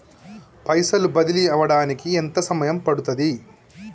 పైసలు బదిలీ అవడానికి ఎంత సమయం పడుతది?